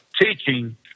teaching